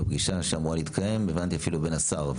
זו פגישה שאמורה להתקיים הבנתי אפילו בין השר.